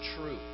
true